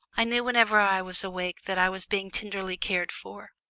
i knew whenever i was awake that i was being tenderly cared for,